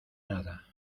nada